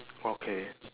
okay